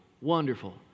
wonderful